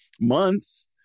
months